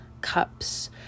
Cups